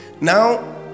now